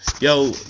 Yo